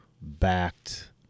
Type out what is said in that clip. backed